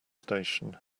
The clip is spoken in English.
station